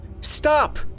Stop